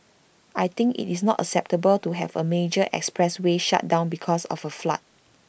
I think IT is not acceptable to have A major expressway shut down because of A flood